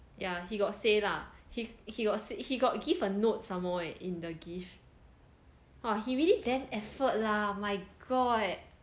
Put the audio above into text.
ya he got say lah he he got he got give a note some more leh in the gift he really damn effort lah my god